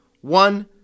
one